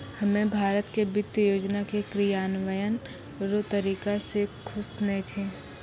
हम्मे भारत के वित्त योजना के क्रियान्वयन रो तरीका से खुश नै छी